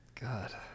god